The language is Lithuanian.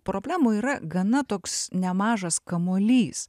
problemų yra gana toks nemažas kamuolys